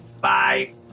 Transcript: Bye